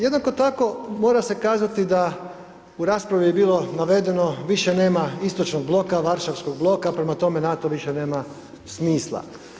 Jednako tako, mora se kazati da u raspravi je bilo navedeno više nema istočnog bloka, Varšavskog bloka, prema tome, NATO više nema smisla.